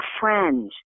friends